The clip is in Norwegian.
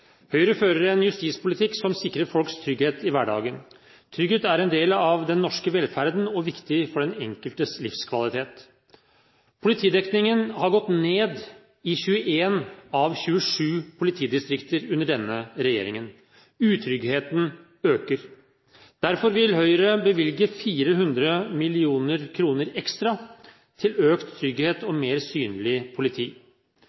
Høyre fører en justispolitikk som sikrer folks trygghet i hverdagen. Trygghet er en del av den norske velferden, og viktig for den enkeltes livskvalitet. Politidekningen har gått ned i 21 av 27 politidistrikter under denne regjeringen. Utryggheten øker. Derfor vil Høyre bevilge 400 mill. kr ekstra til økt trygghet